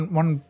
one